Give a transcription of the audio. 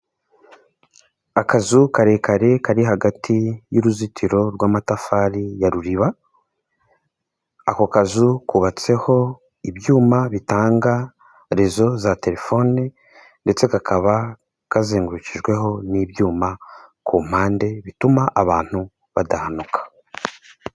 Akazu karekare kari hagati y'uruzitiro rw'amatafari ya ruriba. Ako kazu kubabatseho ibyuma bitanga rezo za telefoni ndetse kakaba kazengurukijweho n'ibyuma ku mpande bituma abantu badahanuka.